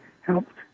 helped